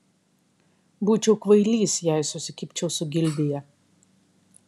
būčiau kvailys jei susikibčiau su gildija